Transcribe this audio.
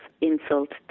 insult